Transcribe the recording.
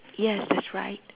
yes that's right